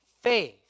faith